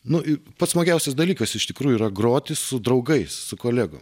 nu pats smagiausias dalykas iš tikrųjų yra groti su draugais su kolegom